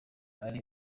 ari